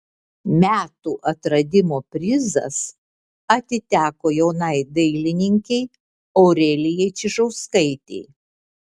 metų atradimo prizas atiteko jaunai dainininkei aurelijai čižauskaitei